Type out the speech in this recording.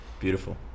Beautiful